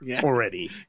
already